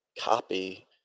copy